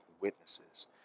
witnesses